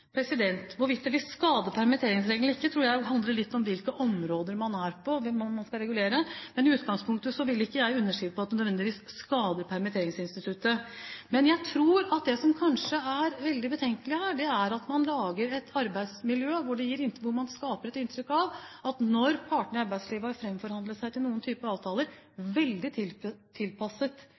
Hvorvidt det vil skade permitteringsreglementet eller ikke, tror jeg handler litt om hvilke områder man skal regulere. I utgangspunktet vil ikke jeg understreke at det nødvendigvis skader permitteringsinstituttet. Men jeg tror at det som er veldig betenkelig her, er at man lager et arbeidsmiljø der man skaper et inntrykk av at når partene i arbeidslivet har framforhandlet noen avtaler – veldig tilpasset individuelle ting i arbeidslivet – er det automatikk i at det også skal nedfelles i arbeidsmiljøloven. Jeg tror det også er veldig